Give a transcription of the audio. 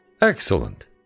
Excellent